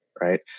right